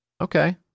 okay